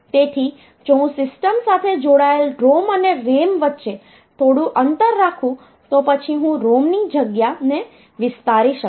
તેથી જો હું સિસ્ટમ સાથે જોડાયેલ ROM અને RAM વચ્ચે થોડું અંતર રાખું તો પછી હું ROM ની જગ્યાને વિસ્તારી શકીશ